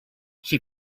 she